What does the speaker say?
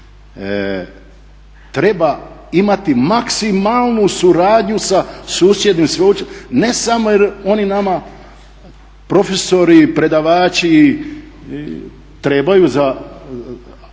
treba imati maksimalnu suradnju sa susjednim sveučilištima, ne samo jer oni nama profesori, predavači trebaju za